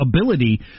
ability